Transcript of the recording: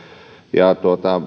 ja